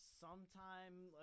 sometime